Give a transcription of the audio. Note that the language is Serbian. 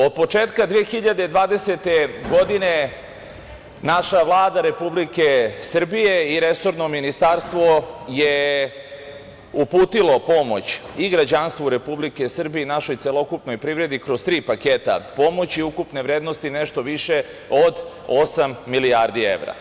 Od početka 2020. godine naša Vlada Republike Srbije i resorno ministarstvo je uputilo pomoć i građanstvu Republike Srbije i našoj celokupnoj privredi kroz tri paketa pomoći ukupne vrednosti nešto više od osam milijardi evra.